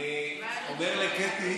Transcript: אני אומר לקטי.